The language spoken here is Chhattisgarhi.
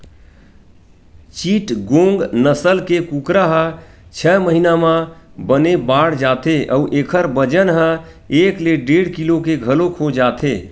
चिटगोंग नसल के कुकरा ह छय महिना म बने बाड़ जाथे अउ एखर बजन ह एक ले डेढ़ किलो के घलोक हो जाथे